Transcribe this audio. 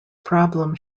problem